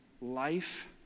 life